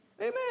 Amen